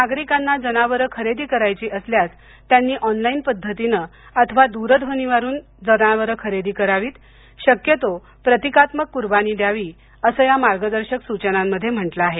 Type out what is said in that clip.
नागरिकांना जनावरे खरेदी करावयाची असल्यास त्यांनी ऑनलाईन पध्दतीनं अथवा द्रध्वनीवरुन जनावरं खरेदी करावी शक्यतो प्रतिकात्मक कूर्बानी द्यावी असं या मार्गदर्शक सूचनांमध्ये म्हटलं आहे